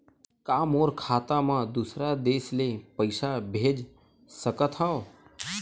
का मोर खाता म दूसरा देश ले पईसा भेज सकथव?